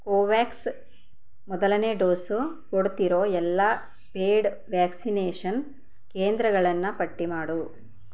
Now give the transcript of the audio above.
Covax ಮೊದಲನೆ dose ಕೊಡ್ತಿರೊ ಎಲ್ಲ ಪೆಯ್ಡ್ ವ್ಯಾಕ್ಸಿನೇಷನ್ ಕೇಂದ್ರಗಳನ್ನ ಪಟ್ಟಿ ಮಾಡು